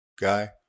guy